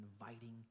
inviting